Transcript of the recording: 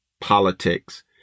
politics